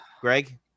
Greg